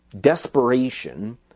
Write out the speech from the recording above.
desperation